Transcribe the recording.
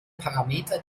parameter